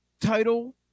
title